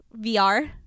VR